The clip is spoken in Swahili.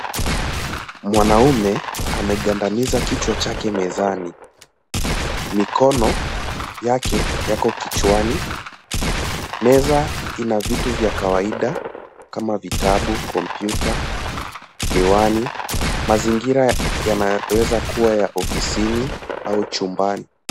Mwanaume amegandaniza kichwa chake mezani. Mikono yake yako kichwani. Meza ina vitu vya kawaida kama vitabu, komputa, miwani, mazingira ya maweza kuwa ya ofisini au chumbani.